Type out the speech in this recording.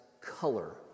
color